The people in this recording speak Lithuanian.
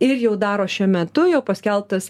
ir jau daro šiuo metu jo paskelbtas